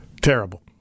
Terrible